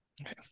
Okay